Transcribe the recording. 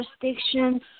jurisdiction